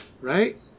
Right